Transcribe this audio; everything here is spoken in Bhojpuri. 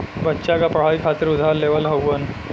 बच्चा क पढ़ाई खातिर उधार लेवल हउवन